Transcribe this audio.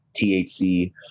THC